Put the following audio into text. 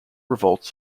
revolts